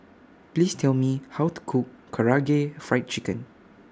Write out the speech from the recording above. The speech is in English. Please Tell Me How to Cook Karaage Fried Chicken